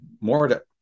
more